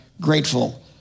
grateful